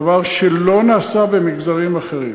דבר שלא נעשה במגזרים אחרים.